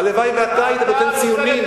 הלוואי שאתה היית נותן ציונים,